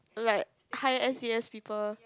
like high s_e_s people